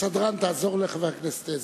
הסדרן, תעזור לחבר הכנסת עזרא.